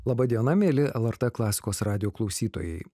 laba diena mieli lrt klasikos radijo klausytojai